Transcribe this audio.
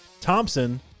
thompson